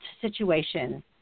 situation